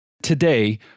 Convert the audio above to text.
today